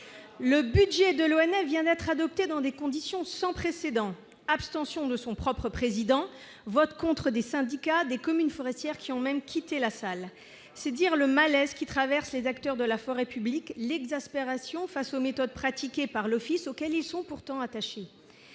Le budget de l'ONF vient d'être adopté dans des conditions sans précédent : abstention de son propre président, vote contre des syndicats, des communes forestières, qui ont même quitté la salle. C'est dire le malaise qui traverse les acteurs de la forêt publique et l'exaspération face aux méthodes pratiquées par l'Office, auquel ils sont pourtant attachés.